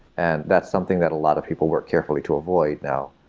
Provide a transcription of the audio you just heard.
and that's something that a lot of people work carefully to avoid now,